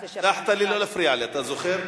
הבטחת לי לא להפריע לי, אתה זוכר?